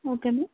okay ma'am